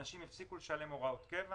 אנשים הפסיקו לשלם הוראות קבע